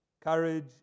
Courage